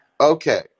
okay